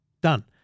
Done